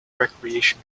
recreation